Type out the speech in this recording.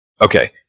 okay